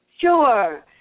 Sure